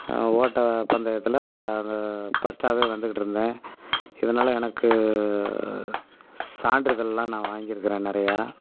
ஓட்ட பந்தயத்தில் அந்த பஸ்ட்டாவே வந்துக்கிட்டிருந்தேன் இதனால் எனக்கு சான்றிதழ்லாம் நான் வாங்கியிருக்கறேன் நிறையா